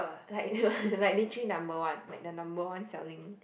like like literally number one like the number one selling